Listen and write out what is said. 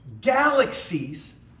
galaxies